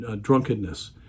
drunkenness